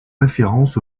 référence